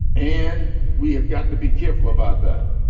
and we have got to be careful about that.